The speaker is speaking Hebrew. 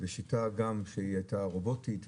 בשיטה שהיא רובוטית,